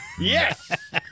yes